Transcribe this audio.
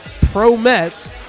pro-Mets